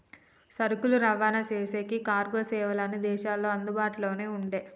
సరుకులు రవాణా చేసేకి కార్గో సేవలు అన్ని దేశాల్లోనూ అందుబాటులోనే ఉండే